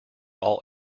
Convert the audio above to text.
all